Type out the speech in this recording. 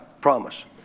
promise